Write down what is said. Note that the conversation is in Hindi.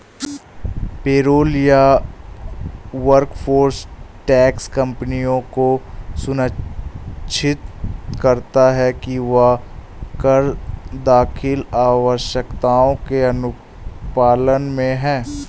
पेरोल या वर्कफोर्स टैक्स कंपनियों को सुनिश्चित करता है कि वह कर दाखिल आवश्यकताओं के अनुपालन में है